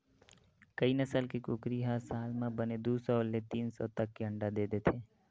कइ नसल के कुकरी ह साल म बने दू सौ ले तीन सौ तक के अंडा दे देथे